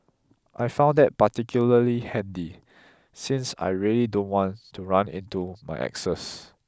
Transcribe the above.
I found that particularly handy since I really don't want to run into my exes